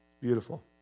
Beautiful